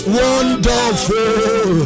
wonderful